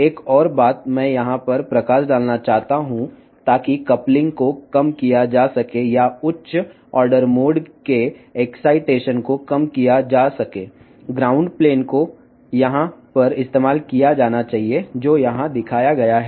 ఇక్కడ మరో విషయం హైలైట్ చేయాలనుకుంటున్నాను కాపులింగ్ ని తగ్గించడానికి హై ఆర్డర్ మోడ్ల యొక్క ఎక్సైటేషన్ తగ్గించడానికి ఇక్కడ గ్రౌండ్ ప్లేన్ను వాడాలి ఇది ఇక్కడ చూపబడింది